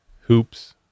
hoops